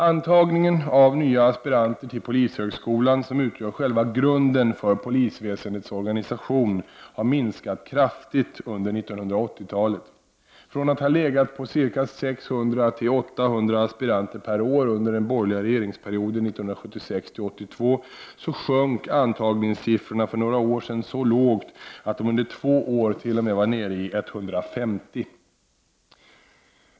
Antagningen av nya aspiranter till polishögskolan, som utgör själva grunden för polisväsendets organisation, har minskat kraftigt under 1980-talet. Från att ha legat på 600-800 aspiranter per år under den borgerliga regeringsperioden 1976-1982 sjönk antagningssiffran för några år sedan så lågt, att den under två år t.o.m. var nere i 150.